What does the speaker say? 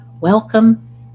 welcome